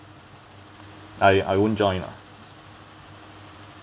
I I won't join lah